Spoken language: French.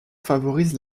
favorisent